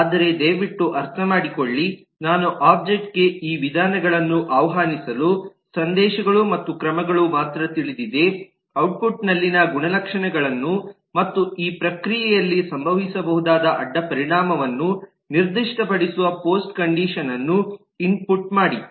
ಆದರೆ ದಯವಿಟ್ಟು ಅರ್ಥಮಾಡಿಕೊಳ್ಳಿ ನಾನು ಒಬ್ಜೆಕ್ಟ್ ಗೆ ಈ ವಿಧಾನಗಳನ್ನು ಆಹ್ವಾನಿಸಲು ಸಂದೇಶಗಳು ಮತ್ತು ಕ್ರಮಗಳು ಮಾತ್ರ ತಿಳಿದಿದೆ ಔಟ್ಪುಟ್ ನಲ್ಲಿನ ಗುಣಲಕ್ಷಣಗಳನ್ನು ಮತ್ತು ಈ ಪ್ರಕ್ರಿಯೆಯಲ್ಲಿ ಸಂಭವಿಸಬಹುದಾದ ಅಡ್ಡಪರಿಣಾಮವನ್ನು ನಿರ್ದಿಷ್ಟಪಡಿಸುವ ಪೋಸ್ಟ್ಕಂಡಿಷನ್ ಅನ್ನು ಇನ್ಪುಟ್ ಮಾಡಿ